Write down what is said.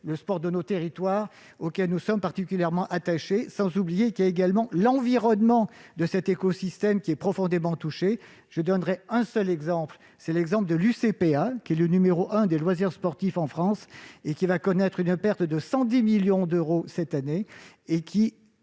du sport de nos territoires, auquel nous sommes particulièrement attachés. N'oublions pas non plus que l'environnement de cet écosystème est profondément touché. Je ne donnerai qu'un seul exemple, celui de l'UCPA, qui est le numéro un des loisirs sportifs en France et qui connaîtra une perte de 110 millions d'euros cette année.